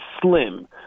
slim